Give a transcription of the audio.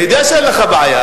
אני יודע שאין לך בעיה.